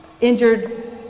injured